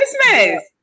Christmas